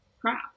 crap